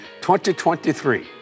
2023